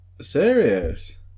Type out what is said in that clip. Serious